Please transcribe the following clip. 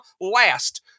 last